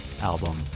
album